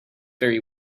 very